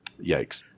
Yikes